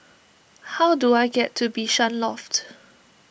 how do I get to Bishan Loft